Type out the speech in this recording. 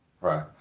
Right